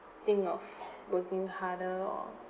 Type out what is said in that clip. think of working harder or